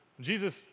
Jesus